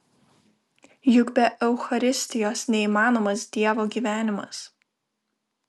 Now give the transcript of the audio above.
juk be eucharistijos neįmanomas dievo gyvenimas